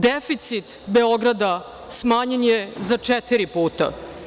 Deficit Beograda smanjen je za četiri puta.